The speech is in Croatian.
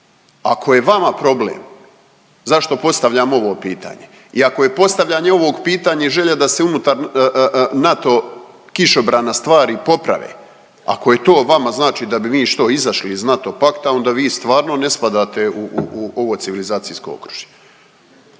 Ako je vama problem zašto postavljam ovo pitanje i ako je postavljanje ovog pitanja želja da se unutar NATO kišobrana stvari poprave, ako je to vama da bi mi što izašli iz NATO pakta onda vi stvarno ne spadate u ovo civilizacijsko okružje.